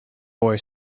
boy